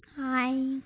hi